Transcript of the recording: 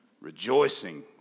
rejoicing